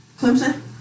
Clemson